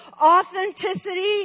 authenticity